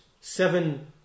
seven